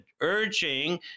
urging